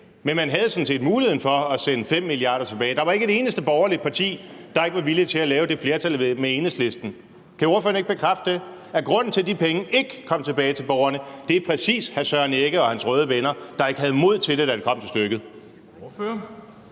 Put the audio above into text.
sådan set muligheden for at sende 5 mia. kr. tilbage. Der var ikke et eneste borgerligt parti, der ikke var villig til at lave det flertal med Enhedslisten. Kan ordføreren ikke bekræfte, at grunden til, at de penge ikke kom tilbage til borgerne, præcis er, at hr. Søren Egge Rasmussen og hans røde venner ikke havde mod til det, da det kom til stykket?